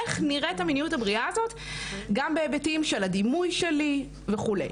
איך נראית המיניות הבריאה הזו גם בהיבטים של הדימוי שלי וכו'.